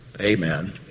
Amen